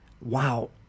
wow